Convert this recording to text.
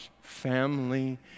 family